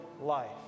life